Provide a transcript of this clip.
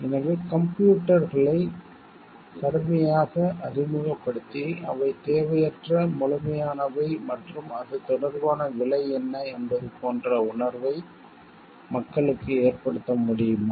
எனவே கம்ப்யூட்டர்களை கடுமையாக அறிமுகப்படுத்தி அவை தேவையற்ற முழுமையானவை மற்றும் அது தொடர்பான விலை என்ன என்பது போன்ற உணர்வை மக்களுக்கு ஏற்படுத்த முடியுமா